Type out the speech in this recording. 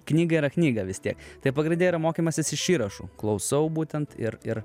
knyga yra knyga vis tiek tai pagrinde yra mokymasis iš įrašų klausau būtent ir ir